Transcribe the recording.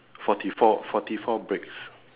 forty four forty four bricks